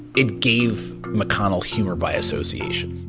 it gave mcconnell humor by association